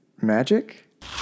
magic